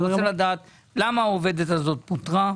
אני רוצה לדעת למה העובדת הזאת פוטרה.